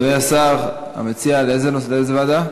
אדוני השר, המציע, לאיזו ועדה?